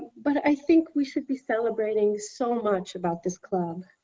but i think we should be celebrating so much about this club.